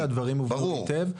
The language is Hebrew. אני חושב שהדברים הובהרו היטב.